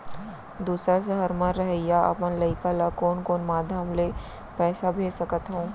दूसर सहर म रहइया अपन लइका ला कोन कोन माधयम ले पइसा भेज सकत हव?